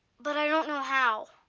but i don't know how.